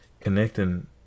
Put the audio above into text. connecting